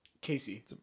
Casey